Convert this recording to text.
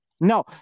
No